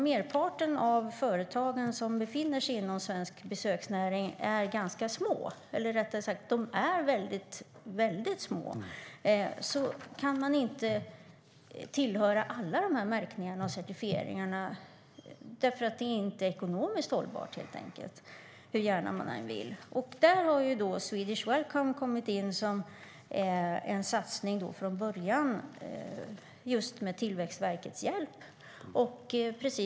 Merparten av de företag som befinner sig i svensk besöksnäring är väldigt små, och då går det inte att tillhöra alla dessa märkningar och certifieringar. Det är helt enkelt inte ekonomiskt hållbart, hur gärna man än vill. Där har Swedish Welcome kommit in som en satsning, från början med Tillväxtverkets hjälp.